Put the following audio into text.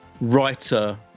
writer